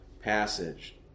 passage